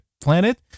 planet